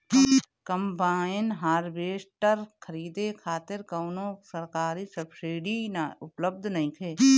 Combine harvester खरीदे खातिर कउनो सरकारी सब्सीडी उपलब्ध नइखे?